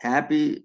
Happy